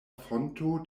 fonto